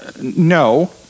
no